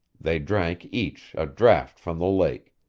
they drank each a draught from the lake,